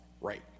right